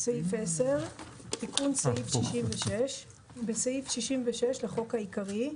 10.תיקון סעיף 66 בסעיף 66 לחוק העיקרי,